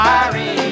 Irene